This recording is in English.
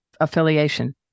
affiliation